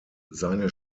seine